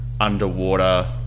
Underwater